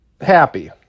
happy